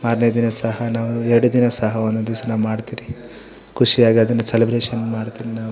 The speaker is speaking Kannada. ಮಾರನೇ ದಿನ ಸಹ ನಾವು ಎರಡು ದಿನ ಸಹ ಒಂದೊಂದು ದಿವಸ ನಾವು ಮಾಡ್ತೀರಿ ಖುಷಿಯಾಗಿ ಅದನ್ನ ಸೆಲೆಬ್ರೇಶನ್ ಮಾಡ್ತೀವಿ ನಾವು